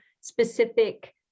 specific